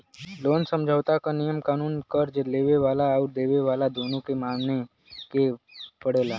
loan समझौता क नियम कानून कर्ज़ लेवे वाला आउर देवे वाला दोनों के माने क पड़ला